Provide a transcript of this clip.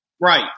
Right